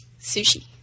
Sushi